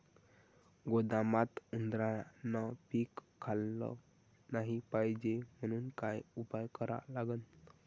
गोदामात उंदरायनं पीक खाल्लं नाही पायजे म्हनून का उपाय करा लागन?